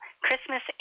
Christmas